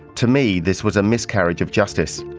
to me, this was a miscarriage of justice.